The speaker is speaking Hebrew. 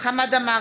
אראל מרגלית,